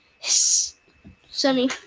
Sunny